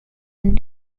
een